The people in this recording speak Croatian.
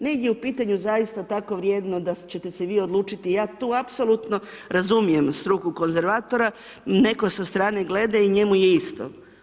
Negdje je u pitanju zaista tako vrijedno da ćete se vi odlučiti, ja tu apsolutno razumijem struku konzervatora, netko sa strane gleda i njemu je isto.